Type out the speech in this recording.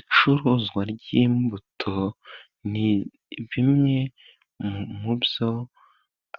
Icuruzwa ry'imbuto ni bimwe mu byo